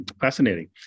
Fascinating